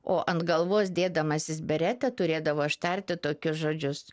o ant galvos dėdamasis beretę turėdavo ištarti tokius žodžius